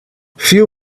few